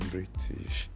British